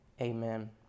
Amen